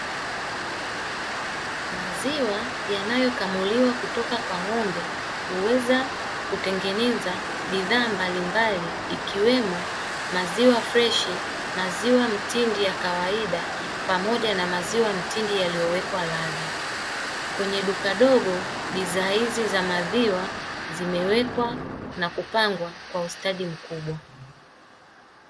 Maziwa yanayokamuliwa kutoka kwa ng'ombe huweza kutengeneza bidhaa mbalimbali ikiwemo maziwa freshi, maziwa mtindi ya kawaida pamoja na maziwa mtindi yaliyowekwa ladha. Kwenye duka dogo, bidhaa hizi za maziwa zimewekwa na kupangwa kwa ustadi mkubwa.